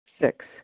Six